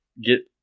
get